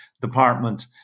department